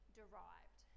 derived